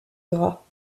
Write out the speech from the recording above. gras